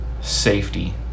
safety